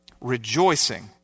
Rejoicing